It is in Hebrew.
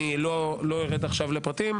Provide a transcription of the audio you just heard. לא ארד עכשיו לפרטים,